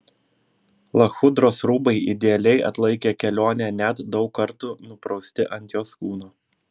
lachudros rūbai idealiai atlaikė kelionę net daug kartų nuprausti ant jos kūno